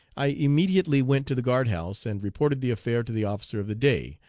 i immediately went to the guard-house and reported the affair to the officer of the day,